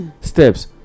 steps